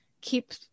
keep